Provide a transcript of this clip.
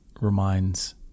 reminds